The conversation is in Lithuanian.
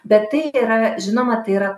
bet tai yra žinoma tai yra